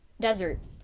desert